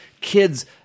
kids